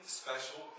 special